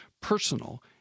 personal